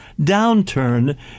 downturn